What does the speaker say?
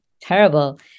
terrible